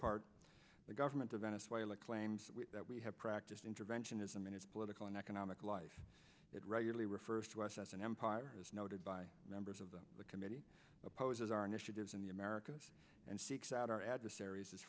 part the government of venezuela claims that we have practiced interventionism in its political and economic life it regularly refers to us as an empire as noted by members of the committee opposes our initiatives in the americas and seeks out our adversaries as